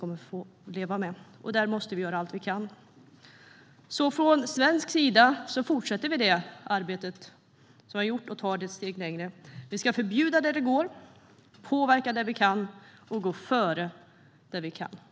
Vi måste göra allt vi kan. Från svensk sida fortsätter vi därför det arbete vi har gjort och tar det ett steg längre. Vi ska förbjuda där det går, påverka där vi kan och gå före där vi kan.